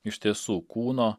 iš tiesų kūno